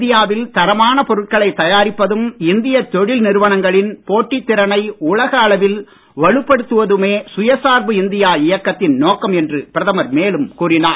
இந்தியாவில் தரமான பொருட்களை தயாரிப்பதும் இந்தியத் தொழில் நிறுவனங்களின் போட்டித் திறனை உலக அளவில் வலுப்படுத்துவதுமே சுயசார்பு இந்தியா இயக்கத்தின் நோக்கம் என்று பிரதமர் மேலும் கூறினார்